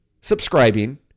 subscribing